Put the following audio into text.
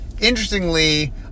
interestingly